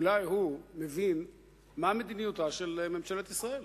אולי הוא מבין מה מדיניותה של ממשלת ישראל.